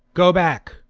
go back.